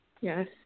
Yes